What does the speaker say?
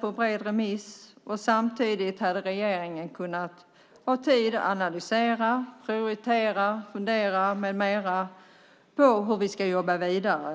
på bred remiss. Samtidigt hade regeringen haft tid att analysera, prioritera, fundera med mera på hur vi ska jobba vidare.